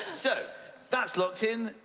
so that's locked in.